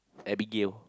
Abigail